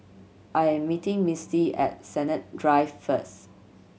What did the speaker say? I am meeting Misty at Sennett Drive first